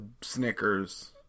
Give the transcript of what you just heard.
Snickers